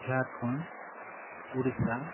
Jharkhand Odisha